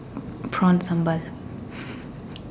prawn sambal